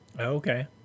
okay